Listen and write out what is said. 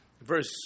Verse